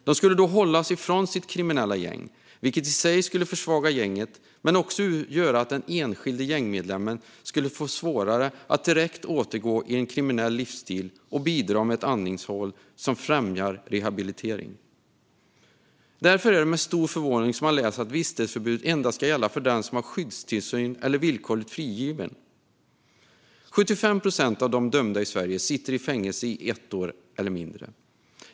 De skulle då hållas ifrån sitt kriminella gäng, vilket i sig skulle försvaga gänget men också göra det svårare för den enskilde gängmedlemmen att direkt återgå till en kriminell livsstil. Det skulle också bidra med ett andningshål som främjar rehabilitering. Därför är det med stor förvåning jag läser att vistelseförbudet endast ska gälla den som har skyddstillsyn eller är villkorligt frigiven. 75 procent av de dömda i Sverige sitter i fängelse i ett år eller mindre.